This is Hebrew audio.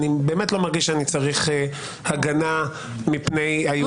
אני באמת לא מרגיש שאני צריך הגנה מפני הייעוץ המשפטי.